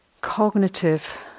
cognitive